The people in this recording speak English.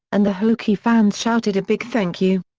and the hokie fans shouted a big thank you!